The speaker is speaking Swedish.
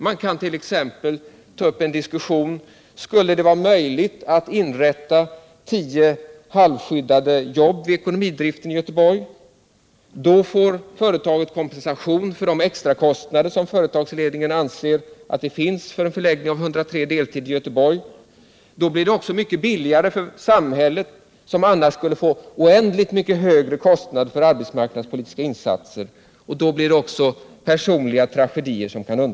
Man skulle t.ex. kunna ta upp en diskussion om att inrätta tio halvskyddade jobb vid ekonomidriften i Göteborg. Då skulle företaget få kompensation för de extra kostnader som företagsledningen anser uppstår vid en förläggning av 103 deltidsarbeten till Göteborg. Då skulle det bli mycket billigare för samhället, som annars får oändligt mycket högre kostnader för arbetsmarknadspolitiska insatser. Då skulle man också kunna undvika personliga tragedier.